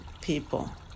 people